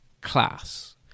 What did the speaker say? class